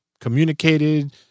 communicated